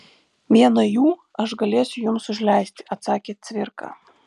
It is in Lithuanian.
vieną jų aš galėsiu jums užleisti atsakė cvirka